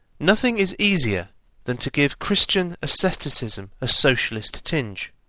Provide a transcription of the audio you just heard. nothing is easier than to give christian asceticism a socialist tinge.